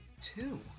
two